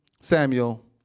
Samuel